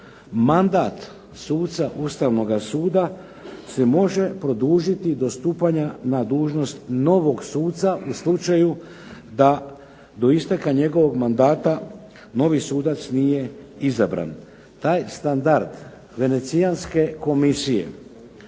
mandat suca Ustavnoga suda se može produžiti do stupanja na dužnost novog suca u slučaju da do isteka njegovog mandata novi sudac nije izabran. Taj standard Venecijanske komisije